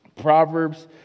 Proverbs